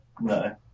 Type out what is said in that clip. No